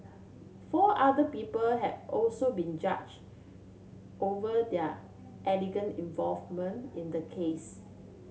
four other people have also been charged over their involvement in the case